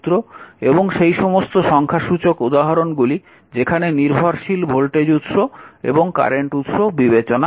এবং সেই সমস্ত সংখ্যাসূচক উদাহরণগুলি যেখানে নির্ভরশীল ভোল্টেজ উৎস এবং কারেন্ট উৎস বিবেচনা করা হয়েছে